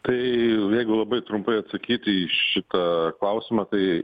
tai jeigu labai trumpai atsakyti į šitą klausimą tai